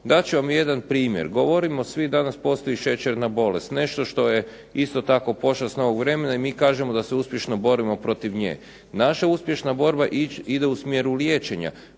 Dat ću vam jedan primjer. Govorimo svi danas postoji šećerna bolest, nešto što je isto tako pošast novog vremena i mi kažemo da se uspješno borimo protiv nje. Naša uspješna borba ide u smjeru liječenja,